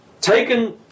Taken